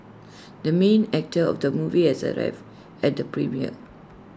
the main actor of the movie has arrived at the premiere